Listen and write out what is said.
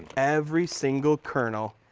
every single colonel,